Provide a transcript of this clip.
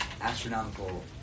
astronomical